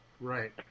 Right